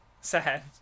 Sad